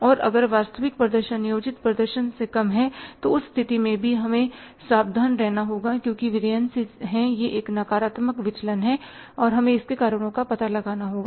और अगर वास्तविक प्रदर्शन नियोजित प्रदर्शन से कम है तो उस स्थिति में भी हमें सावधान रहना होगा क्योंकि वेरियनसिसVariances है यह एक नकारात्मक विचलन है और हमें इसके कारणों का पता लगाना होगा